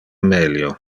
melio